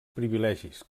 privilegis